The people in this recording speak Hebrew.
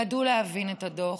ידעו להבין את הדוח,